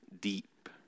deep